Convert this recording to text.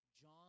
John